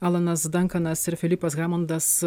alanas dankanas ir filipas hamondas